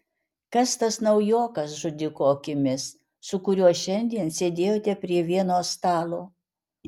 kas tas naujokas žudiko akimis su kuriuo šiandien sėdėjote prie vieno stalo